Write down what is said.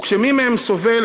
וכשמי מהם סובל,